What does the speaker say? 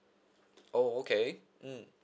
oh okay mm